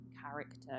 character